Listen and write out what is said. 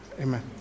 Amen